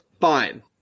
Fine